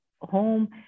home